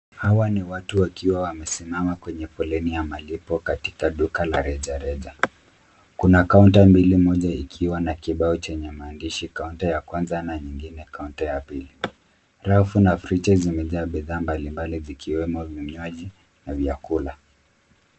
Hawa ni watu wakiwa wamesimama kwenye foleni ya nalipo katika duka la rejareja. Kuna kaunta mbili moja ikiwa ba kibao chenye maandishi kaunta ya kwanza na nyingine kaunta ya pili. Rafu na friji zimejaa bidhaa mbalimbali zikiwemo vinywaji na vyakula.